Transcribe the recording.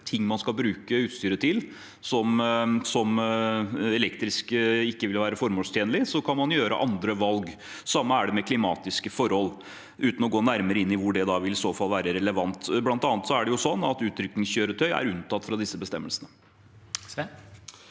ting man skal bruke utstyret til der det ikke vil være formålstjenlig at det er elektrisk, kan man gjøre andre valg. Det samme er det med klimatiske forhold, uten å gå nærmere inn i hvor det i så fall vil være relevant. Blant annet er det sånn at utrykningskjøretøy er unntatt fra disse bestemmelsene.